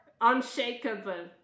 unshakable